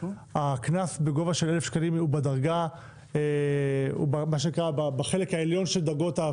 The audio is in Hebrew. הקנס בגובה 1,000 שקלים הוא מה שנקרא בחלק העליון של הדרגות.